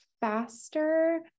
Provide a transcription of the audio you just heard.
faster